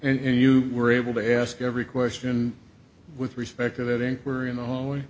s and you were able to ask every question with respect to that inquiry in the hallway